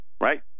right